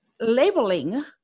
labeling